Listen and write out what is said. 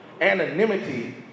Anonymity